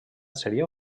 seria